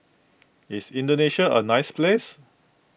is Indonesia a nice place